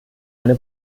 eine